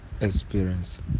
experience